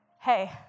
Hey